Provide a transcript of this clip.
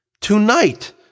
tonight